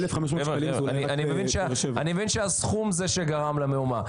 אני מבין שהסכום זה שגרם למהומה.